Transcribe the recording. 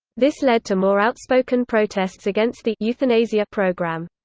this led to more outspoken protests against the euthanasia programme.